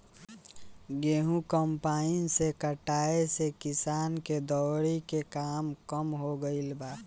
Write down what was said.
गेंहू कम्पाईन से कटाए से किसान के दौवरी के काम कम हो गईल बा